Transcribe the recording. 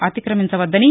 అతిక్రమించవద్దని